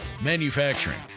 Manufacturing